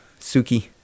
Suki